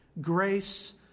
grace